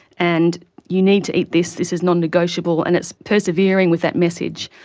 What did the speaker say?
and you need to eat this, this is nonnegotiable', and it's persevering with that message.